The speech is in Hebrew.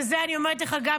ואת זה אני אומרת גם לך,